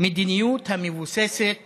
מדיניות המבוססת